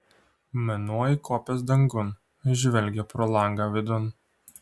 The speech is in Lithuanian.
mėnuo įkopęs dangun žvelgia pro langą vidun